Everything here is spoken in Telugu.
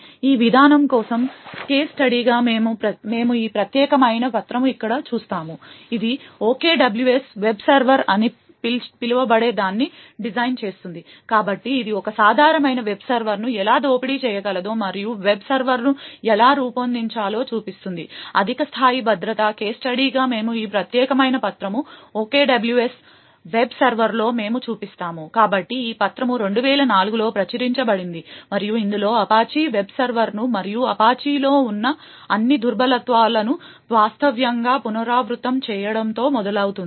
ఈ విధానం కోసం కేస్ స్టడీగా మేము ఈ ప్రత్యేకమైన పత్రము ఇక్కడ చూస్తాము ఇది OKWS వెబ్ సర్వర్ అని పిలవబడేదాన్ని డిజైన్ చేస్తుంది కాబట్టి ఇది ఒక సాధారణ వెబ్ సర్వర్ను ఎలా దోపిడీ చేయగలదో మరియు వెబ్ సర్వర్ను ఎలా రూపొందించాలో చూపిస్తుంది అధిక స్థాయి భద్రత కేస్ స్టడీగా మేము ఈ ప్రత్యేకమైన పత్రము OKWS వెబ్ సర్వర్లో మేము చూపిస్తాము కాబట్టి ఈ పత్రము 2004 లో ప్రచురించబడింది మరియు ఇందులో అపాచీ వెబ్ సర్వర్ను మరియు అపాచీలో ఉన్న అన్ని దుర్బలత్వాలను వాస్తవంగా పునరావృతం చేయడంతో మొదలవుతుంది